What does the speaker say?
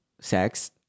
Sex